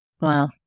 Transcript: Wow